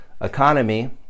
economy